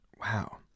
Wow